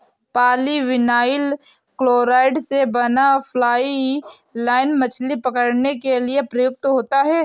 polyvinyl chloride से बना fly line मछली पकड़ने के लिए प्रयुक्त होता है